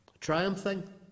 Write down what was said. Triumphing